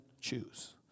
choose